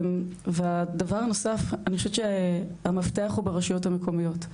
והדבר הנוסף, המפתח הוא ברשויות המקומיות.